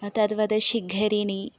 तद्वद् शिखरिणी